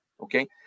okay